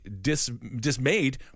dismayed